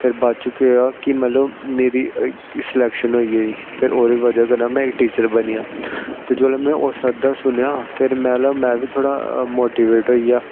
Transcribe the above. फिर बाद च केह् होया कि मतलव सलैक्शन होई गेई ते में टीचर बनियां ते जिसलै में उस सर दा सुनेंआं फिर में बी थोह्ड़ा मोटिवेट होई गया